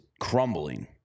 crumbling